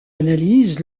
analyse